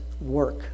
work